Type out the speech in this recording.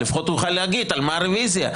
לפחות תוכל להגיד על מה הרוויזיה.